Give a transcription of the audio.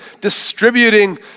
distributing